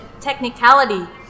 Technicality